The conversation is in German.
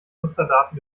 nutzerdaten